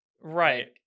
Right